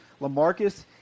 LaMarcus